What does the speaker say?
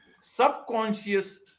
subconscious